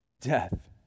death